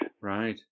Right